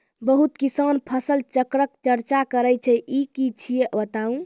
बहुत किसान फसल चक्रक चर्चा करै छै ई की छियै बताऊ?